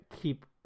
keep